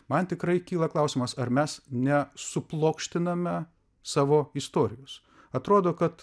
man tikrai kyla klausimas ar mes ne suplokštintame savo istorijos atrodo kad